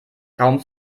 kaum